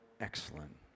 excellent